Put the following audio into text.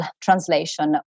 translation